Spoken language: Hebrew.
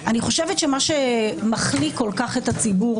אני חושבת שמה שמחליא כל כך את הציבור